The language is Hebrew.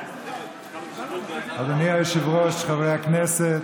אדוני היושב-ראש, חברי הכנסת,